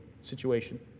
situation